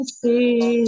see